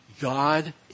God